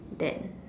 that